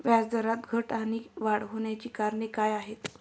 व्याजदरात घट आणि वाढ होण्याची कारणे काय आहेत?